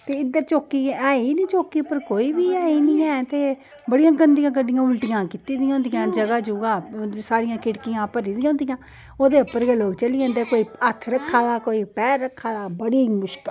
ते इद्धर चौकी है नी चौकी उप्पर कोई बी है नी ऐ ते बडियां गंदियां गड्डियां उप्पर उल्टियां कीती दी होंदी ऐ जगह जगह सारी खिड़कियां भरी दियां होंदियां ओहदे उपर गै लोग चढ़ी जंदे कोई हत्थ रक्खा दा कोई पैर रक्खा दा बड़ी मुश्क